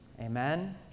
Amen